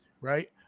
right